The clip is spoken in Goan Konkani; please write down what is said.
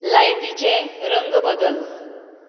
लायटीचे रंग बदल